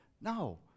No